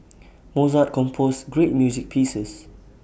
Mozart composed great music pieces